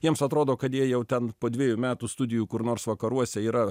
jiems atrodo kad jie jau ten po dvejų metų studijų kur nors vakaruose yra